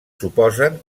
suposen